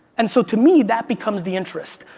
and so to me, that becomes the interest.